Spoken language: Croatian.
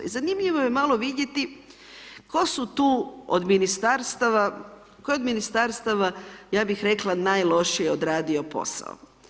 I zanimljivo je malo vidjeti, tko su tu od Ministarstava, kojeg Ministarstava, ja bih rekla najlošije odradio posao.